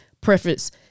preference